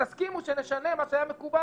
תסכימו שנשנה מה שהיה מקובל,